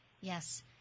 yes